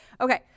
Okay